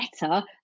better